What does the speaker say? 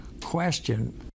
question